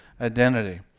identity